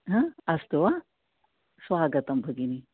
हां अस्तु वा स्वागतं भगिनी